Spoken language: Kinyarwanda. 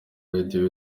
radio